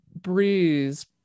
Breeze